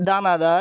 দানাদার